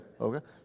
okay